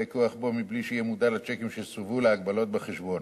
כוח בו מבלי שיהיה מודע לשיקים שסורבו ולהגבלות בחשבון,